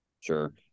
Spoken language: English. Sure